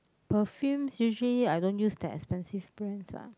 perfume usually I don't use that expensive brands lah